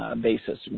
Basis